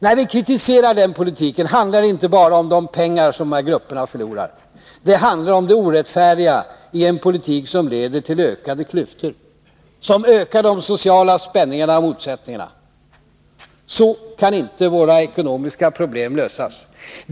När vi kritiserar denna politik handlar det inte bara om de pengar dessa grupper förlorar; det handlar om det orättfärdiga i en politik som leder till ökade klyftor, som ökar de sociala spänningarna och motsättningarna. Så kan inte våra ekonomiska problem lösas.